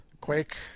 Quake